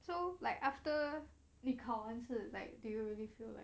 so like after 你考完试 like do you really feel like